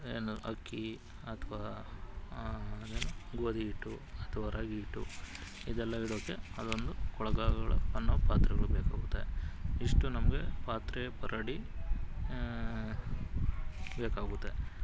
ಏನು ಅಕ್ಕಿ ಅಥ್ವಾ ಅದೇನು ಗೋಧಿ ಹಿಟ್ಟು ಅಥ್ವಾ ರಾಗಿ ಹಿಟ್ಟು ಇದೆಲ್ಲ ಇಡೋಕ್ಕೆ ಅದೊಂದು ಕೊಳಗಗಳು ಅನ್ನೋ ಪಾತ್ರೆಗಳು ಬೇಕಾಗುತ್ತೆ ಇಷ್ಟು ನಮಗೆ ಪಾತ್ರೆ ಪರಡಿ ಬೇಕಾಗುತ್ತೆ